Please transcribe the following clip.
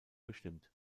bestimmt